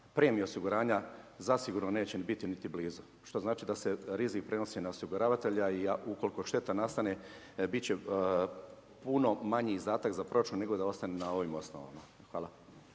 premiju osiguranja zasigurno neće biti ni blizu. Što znači da se rizik prenosi na osiguravatelja i ukoliko šteta nastane biti će puno manji izdatak za proračun nego da ostane na ovim osnovama. Hvala.